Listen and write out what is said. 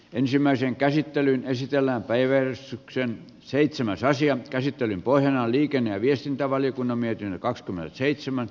ensimmäisen käsittelyn esitellään päivän syksyn seitsemäs asian käsittelyn pohjana on liikenne ja viestintävaliokunnan mietintö